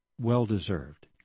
well-deserved